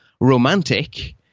romantic